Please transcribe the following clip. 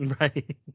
right